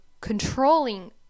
controlling